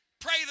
pray